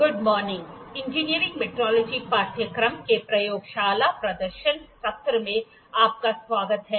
good morning engineering metrology पाठ्यक्रम के प्रयोगशाला प्रदर्शन सत्र में आपका स्वागत है